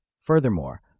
Furthermore